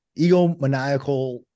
egomaniacal